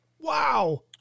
Wow